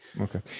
Okay